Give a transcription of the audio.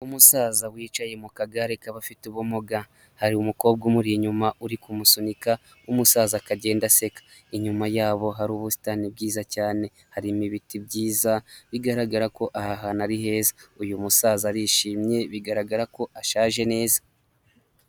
Umusaza wicaye mu kagare k'abafite ubumuga, hari umukobwa umuri inyuma uri kumusunika umusaza akagenda aseka, inyuma yabo hari ubusitani bwiza cyane, harimo ibiti byiza bigaragara ko aha hantu ari heza, uyu musaza arishimye bigaragara ko ashaje neza.